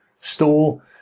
Stall